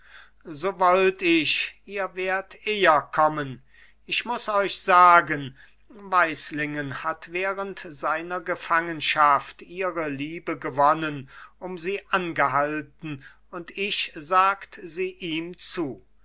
so wollt ich ihr wärt eher kommen ich muß euch sagen weislingen hat während seiner gefangenschaft ihre liebe gewonnen um sie angehalten und ich sagt sie ihm zu